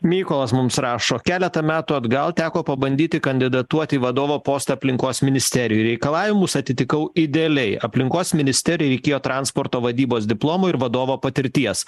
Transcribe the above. mykolas mums rašo keletą metų atgal teko pabandyti kandidatuoti į vadovo postą aplinkos ministerijoj reikalavimus atitikau idealiai aplinkos ministerijai reikėjo transporto vadybos diplomo ir vadovo patirties